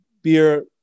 Beer